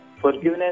Forgiveness